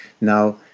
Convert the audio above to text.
Now